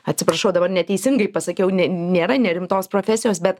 atsiprašau dabar neteisingai pasakiau ne nėra nerimtos profesijos bet